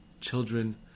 children